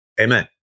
Amen